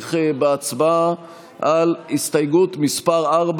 נמשיך בהצבעה על הסתייגות מס' 4,